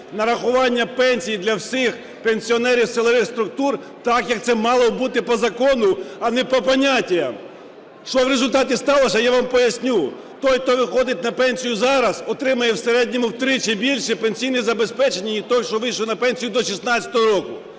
нарахування пенсій для всіх пенсіонерів силових структур, так як це мало бути по закону, а не "по понятиям". Що в результаті сталося я вам поясню. Той, хто виходить на пенсію зараз отримає в середньому втричі більше пенсійного забезпечення ніж той, що вийшов на пенсію до 16-го року.